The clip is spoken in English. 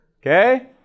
okay